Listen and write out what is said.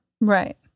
Right